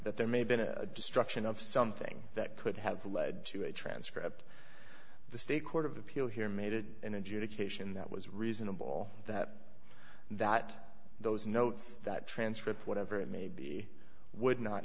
that there may have been a destruction of something that could have led to a transcript the state court of appeal here made it an adjudication that was reasonable that that those notes that transcript whatever it may be would not